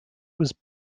was